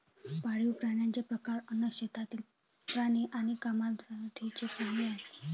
पाळीव प्राण्यांचे प्रकार अन्न, शेतातील प्राणी आणि कामासाठीचे प्राणी आहेत